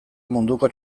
munduko